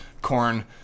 corn